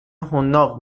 حناق